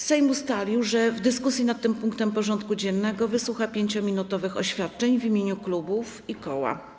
Sejm ustalił, że w dyskusji nad tym punktem porządku dziennego wysłucha 5-minutowych oświadczeń w imieniu klubów i koła.